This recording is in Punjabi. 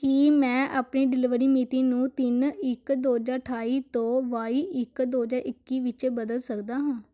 ਕੀ ਮੈਂ ਆਪਣੀ ਡਿਲੀਵਰੀ ਮਿਤੀ ਨੂੰ ਤਿੰਨ ਇੱਕ ਦੋ ਹਜ਼ਾਰ ਅਠਾਈ ਤੋਂ ਬਾਈ ਇੱਕ ਦੋ ਹਜ਼ਾਰ ਇੱਕੀ ਵਿੱਚ ਬਦਲ ਸਕਦਾ ਹਾਂ